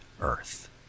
earth